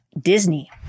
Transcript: Disney